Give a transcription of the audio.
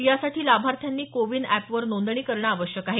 यासाठी लाभार्थ्यांनी कोविन अॅप वर नोंदणी करणं आवश्यक आहे